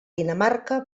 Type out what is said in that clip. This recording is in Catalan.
dinamarca